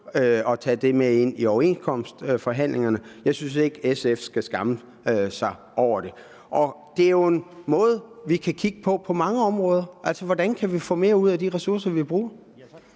at tage det med ind i overenskomstforhandlingerne. Jeg synes ikke, at SF skal skamme sig over det. Det er jo en måde at kigge på tingene på inden for mange områder, altså, hvordan vi kan få mere ud af de ressourcer, vi bruger.